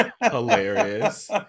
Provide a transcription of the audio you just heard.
hilarious